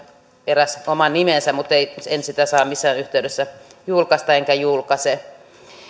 eräs oman nimensä mutta en sitä saa missään yhteydessä julkaista enkä julkaise